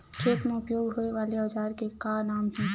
खेत मा उपयोग होए वाले औजार के का नाम हे?